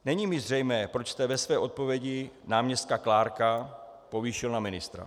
Není mi zřejmé, proč jste ve své odpovědi náměstka Clarka povýšil na ministra.